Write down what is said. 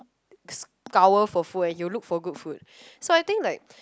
scour for food and he will look for good food so I think like